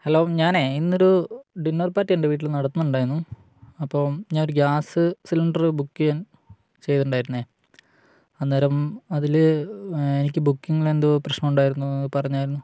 hello ഞാന് ഇന്നൊരു dinner പാർട്ടിയുണ്ട് വീട്ടില് നടത്തുന്നുണ്ടായിരുന്നു അപ്പം ഞാനൊരു ഗ്യാസ് സിലിണ്ടര് ബുക്ക് ചെയ്തിട്ടുണ്ടായിരുന്നു അന്നേരം അതില് എനിക്ക് ബുക്കിങ്ങില് എന്തോ പ്രശ്നമുണ്ടായിരുന്നുവെന്ന് പറഞ്ഞായിരുന്നു